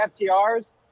FTRs